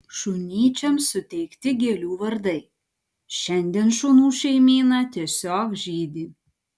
šunyčiams suteikti gėlių vardai šiandien šunų šeimyna tiesiog žydi